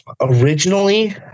Originally